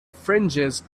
fringes